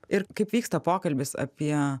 ir kaip vyksta pokalbis apie